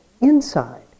inside